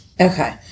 okay